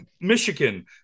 Michigan